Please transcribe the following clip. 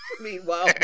Meanwhile